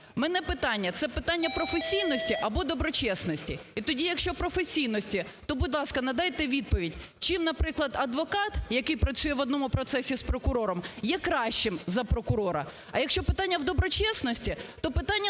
мене питання: це питання професійності або доброчесності. І тоді, якщо професійності, то, будь ласка, надайте відповідь чим, наприклад, адвокат, який працює в одному процесі з прокурором, є кращим за прокурора? А якщо питання в доброчесності, то питання наступне.